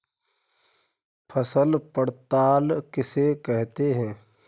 फसल पड़ताल किसे कहते हैं?